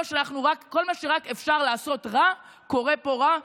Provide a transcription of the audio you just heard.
כל מה שרק אפשר לעשות רע קורה פה רע.